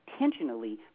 intentionally